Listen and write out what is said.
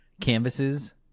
canvases